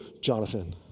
Jonathan